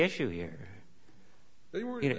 issue here you know